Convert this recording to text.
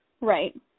Right